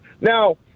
Now